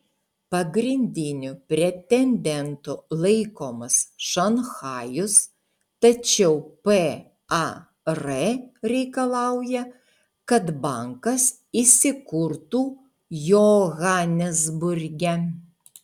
pagrindiniu pretendentu laikomas šanchajus tačiau par reikalauja kad bankas įsikurtų johanesburge